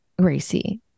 Gracie